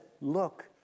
Look